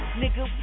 nigga